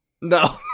No